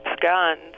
guns